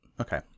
Okay